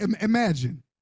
imagine